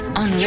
on